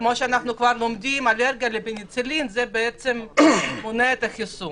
כמו שאנחנו יודעים אלרגיה לפניצילין מונעת את החיסון.